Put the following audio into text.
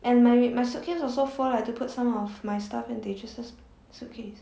and my my suitcase also full I had to put some of my stuff in tayches's suitcase